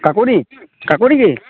Kakati Kakati